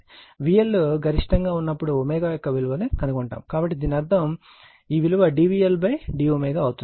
VL గరిష్టంగా ఉన్నప్పుడు ω యొక్క విలువను కనుగొంటాము కాబట్టి దీని అర్థం ఈ విలువ dVL dω అవుతుంది